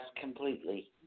Completely